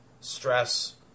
stress